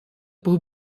por